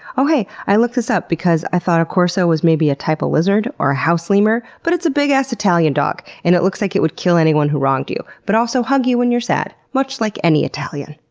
oh hey, i looked this up because i thought a corso was maybe a type of lizard or a house lemur but it's a big-ass italian dog. and it looks like it would kill anyone who wronged you, but also hug you when you're sad, much like any italian.